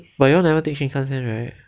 but you all never take shinkansen